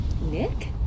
Nick